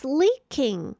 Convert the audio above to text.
leaking